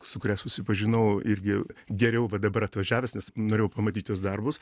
su kuria susipažinau irgi geriau va dabar atvažiavęs nes norėjau pamatyt jos darbus